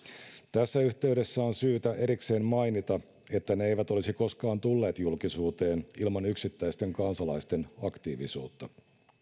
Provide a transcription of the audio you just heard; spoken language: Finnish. tässä yhteydessä on syytä erikseen mainita että ne eivät olisi koskaan tulleet julkisuuteen ilman yksittäisten kansalaisten aktiivisuutta